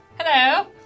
Hello